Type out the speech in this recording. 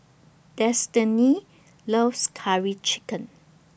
Destinee loves Curry Chicken